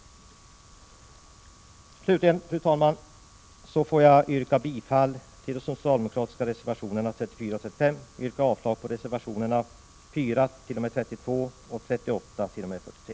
Slutligen, fru talman, yrkar jag bifall till de socialdemokratiska reservationerna 34 och 35 och avslag på reservationerna 4t.o.m. 32 och 38t.o.m. 43.